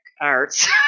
arts